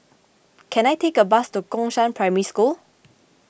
can I take a bus to Gongshang Primary School